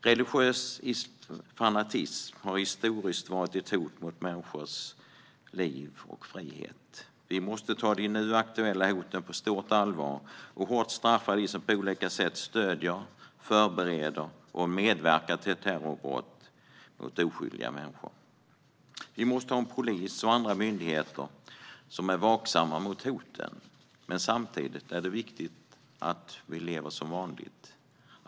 Religiös fanatism har historiskt varit ett hot mot människors liv och frihet. Vi måste ta de nu aktuella hoten på stort allvar och hårt straffa dem som på olika sätt stöder, förbereder och medverkar till terrorbrott mot oskyldiga människor. Vi måste ha en polis och andra myndigheter som är vaksamma mot hoten. Samtidigt är det viktigt att vi lever som vanligt.